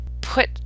put